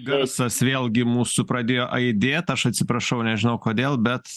garsas vėlgi mūsų pradėjo aidėt aš atsiprašau nežinau kodėl bet